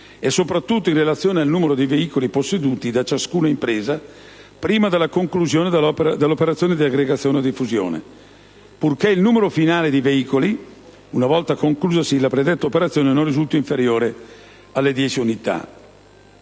e, soprattutto, in relazione al numero dei veicoli posseduti da ciascuna impresa prima della conclusione dell'operazione di aggregazione o di fusione, purché il numero finale dei veicoli, una volta conclusasi la predetta operazione, non risulti inferiore alle 10 unità.